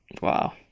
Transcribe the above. wow